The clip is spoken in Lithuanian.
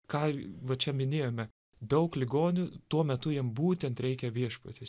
ką va čia minėjome daug ligonių tuo metu jiem būtent reikia viešpaties